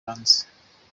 hanze